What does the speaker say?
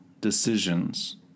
decisions